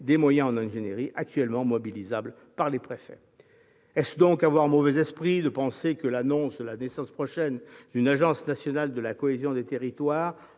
des moyens en ingénierie actuellement mobilisables par les préfets. Est-ce donc avoir mauvais esprit de penser que l'annonce de la naissance prochaine d'une agence nationale de la cohésion des territoires,